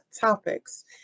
Topics